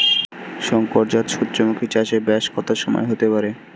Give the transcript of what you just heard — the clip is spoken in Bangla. শংকর জাত সূর্যমুখী চাসে ব্যাস কত সময় হতে পারে?